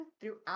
throughout